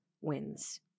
wins